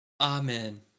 Amen